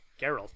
Geralt